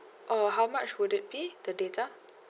oh how much would it be the data